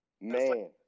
man